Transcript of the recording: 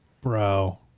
Bro